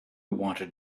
wanted